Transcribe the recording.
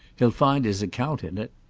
he'll find his account in it.